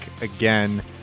again